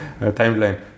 timeline